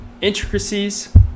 intricacies